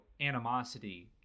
animosity